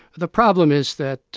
the problem is that